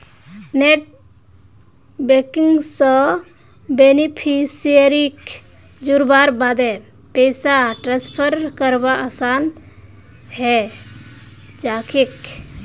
net banking स बेनिफिशियरीक जोड़वार बादे पैसा ट्रांसफर करवा असान है जाछेक